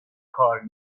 کار